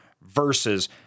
versus